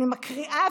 אני מקריאה,